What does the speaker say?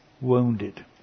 wounded